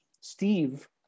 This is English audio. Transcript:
Steve